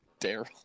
daryl